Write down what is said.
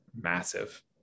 massive